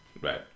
right